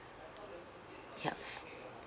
yup